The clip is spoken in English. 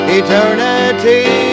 eternity